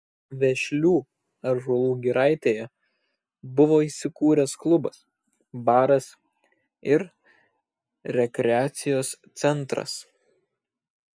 vešlių ąžuolų giraitėje buvo įsikūręs klubas baras ir rekreacijos centras